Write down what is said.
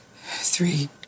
Three